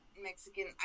Mexican